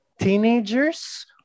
teenagers